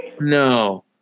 No